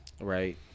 Right